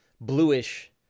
bluish